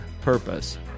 purpose